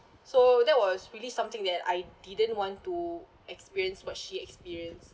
so that was really something that I didn't want to experience what she experienced